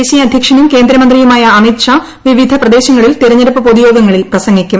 ദേശീയ അധ്യക്ഷനും കേന്ദ്ര മന്ത്രിയുമായ അമിത്ഷാ വിവിധ പ്രദേശങ്ങളിൽ തെരഞ്ഞെടുപ്പ് പൊതുയോഗങ്ങളിൽ പ്രസംഗിക്കും